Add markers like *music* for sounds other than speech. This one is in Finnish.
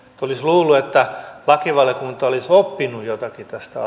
olisi luullut että lakivaliokunta olisi oppinut jotakin tästä *unintelligible*